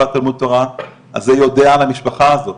כל התלמוד תורה יודע על המשפחה הזאת,